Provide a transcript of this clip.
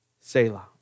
Selah